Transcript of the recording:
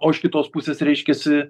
o iš kitos pusės reiškiasi